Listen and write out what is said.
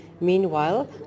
Meanwhile